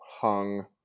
hung